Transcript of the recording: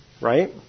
right